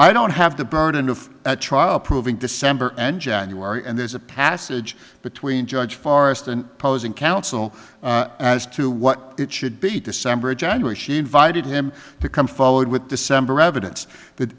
i don't have the burden of a trial proving december and january and there's a passage between judge forrest an opposing counsel as to what it should be december january she invited him to come forward with december evidence th